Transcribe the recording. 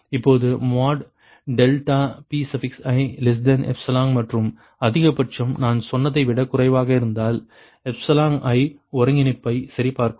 இப்போது mod ∆Pi∈ மற்றும் அதிகபட்சம் நான் சொன்னதை விட குறைவாக இருந்தால் i ஒருங்கிணைப்பை சரிபார்க்கவும்